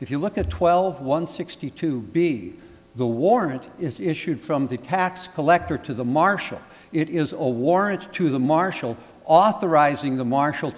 if you look at twelve one sixty two b the warrant is issued from the packed collector to the marshal it is a warrant to the marshal authorizing the marshal